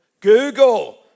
Google